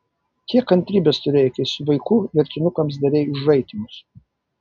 kiek kantrybės turėjai kai su vaiku virtinukams darei užraitymus